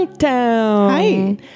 Hi